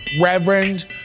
Reverend